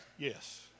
Yes